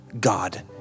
God